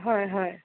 হয় হয়